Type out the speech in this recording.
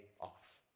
off